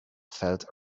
felt